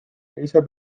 teise